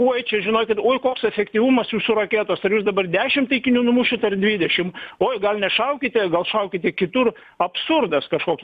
oi čia žinokit oi koks efektyvumas jūsų raketos ar jūs dabar dešim taikinių numušit ar dvidešim oi gal nešaukite gal šaukite kitur absurdas kažkoks